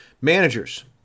managers